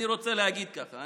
אני רוצה להגיד ככה,